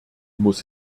muss